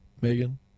Megan